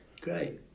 great